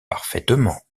parfaitement